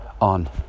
on